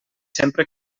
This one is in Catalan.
sempre